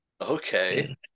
okay